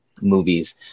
movies